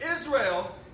Israel